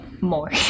more